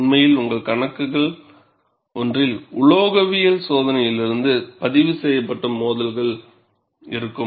உண்மையில் உங்கள் கணக்குகள் ஒன்றில்உலோகவியல் சோதனையிலிருந்து பதிவுசெய்யப்பட்ட மோதல்கள் இருக்கும்